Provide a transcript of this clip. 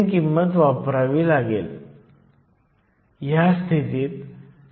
तर सर्व संख्या येथे आहेत आपण Dh आणि Lh मोजलेले आहेत